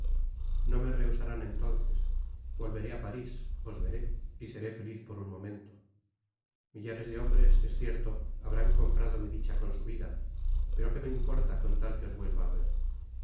no me rehusarán entonces volveré á parís os veré y seré feliz por un momento millares de hombres es cierto habrán comprado mi dicha con su vida pero qué me importa con tal que os vuelva á ver